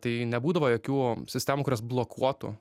tai nebūdavo jokių sistemų kurios blokuotų